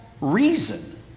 reason